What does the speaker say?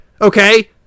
Okay